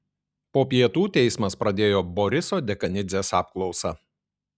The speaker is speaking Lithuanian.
po pietų teismas pradėjo boriso dekanidzės apklausą